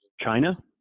China